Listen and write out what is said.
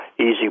easy